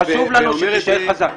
חשוב לנו שתישאר חזק.